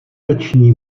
noční